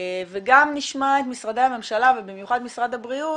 וגם נשמע את משרדי הממשלה ובמיוחד משרד הבריאות,